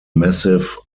massive